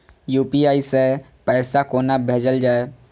UPI सै पैसा कोना भैजल जाय?